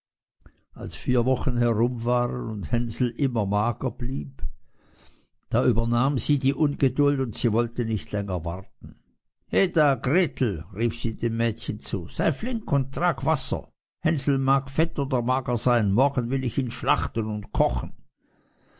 als vier wochen herum waren und hänsel immer mager blieb da übernahm sie die ungeduld und sie wollte nicht länger warten heda gretel rief sie dem mädchen zu sei flink und trag wasser hänsel mag fett oder mager sein morgen will ich ihn schlachten und kochen